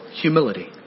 humility